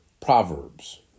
Proverbs